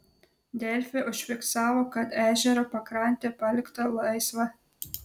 delfi užfiksavo kad ežero pakrantė palikta laisva